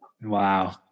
Wow